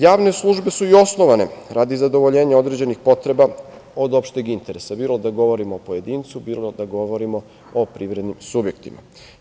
Javne službe su i osnovane radi zadovoljenja određenih potreba od opšteg interesa, bilo da govorimo o pojedincu, bilo da govorimo o privrednim subjektima.